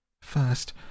first